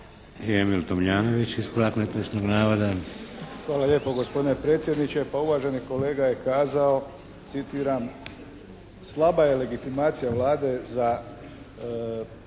**Tomljanović, Emil (HDZ)** Hvala lijepo gospodine predsjedniče. Pa uvaženi kolega je kazao, citiram: «Slaba je legitimacija Vlade za donošenje